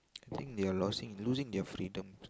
think they are losing losing their freedom